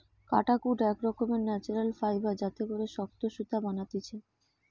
কাটাকুট এক রকমের ন্যাচারাল ফাইবার যাতে করে শক্ত সুতা বানাতিছে